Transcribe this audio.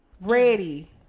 Ready